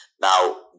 Now